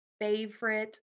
favorite